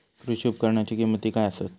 कृषी उपकरणाची किमती काय आसत?